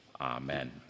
amen